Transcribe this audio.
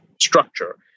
structure